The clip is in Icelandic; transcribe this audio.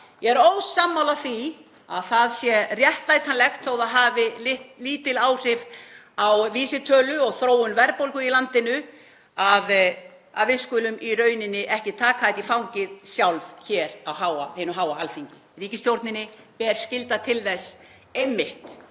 Ég er ósammála því að það sé réttlætanlegt, þó að það hafi lítil áhrif á vísitölu og þróun verðbólgu í landinu, að við skulum í rauninni ekki taka þetta í fangið sjálf hér á hinu háa Alþingi. Ríkisstjórninni ber skylda til þess að